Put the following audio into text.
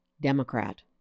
Democrat